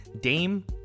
Dame